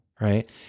right